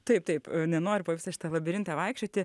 taip taip nenoriu po visą šitą labirintą vaikščioti